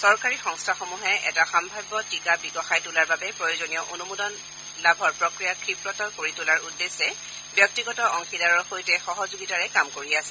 চৰকাৰী সংস্থাসমূহে এটা সাম্ভাব্য টীকা বিকশাই তোলাৰ বাবে প্ৰয়োজনীয় অনুমোদন লাভৰ প্ৰক্ৰিয়া ক্ষিপ্ৰতৰ কৰি তোলাৰ উদ্দেশ্যে ব্যক্তিগত অংশীদাৰৰ সৈতে সহযোগিতাৰে কাম কৰি আছে